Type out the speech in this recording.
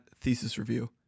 ThesisReview